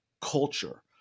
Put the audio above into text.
culture